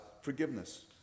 forgiveness